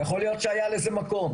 יכול להיות שהיה לזה מקום.